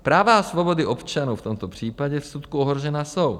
Práva a svobody občanů v tomto případě vskutku ohrožena, jsou.